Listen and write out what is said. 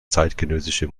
zeitgenössische